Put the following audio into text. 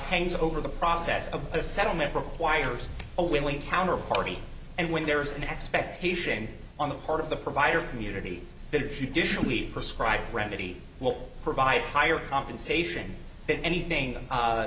hangs over the process of a settlement requires a willing counterparty and when there is an expectation on the part of the provider community that if you dish or we prescribe a remedy will provide higher compensation and anything